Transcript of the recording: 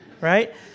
right